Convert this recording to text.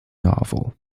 novel